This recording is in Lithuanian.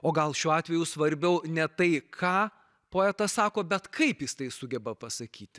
o gal šiuo atveju svarbiau ne tai ką poetas sako bet kaip jis tai sugeba pasakyti